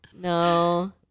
No